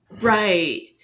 Right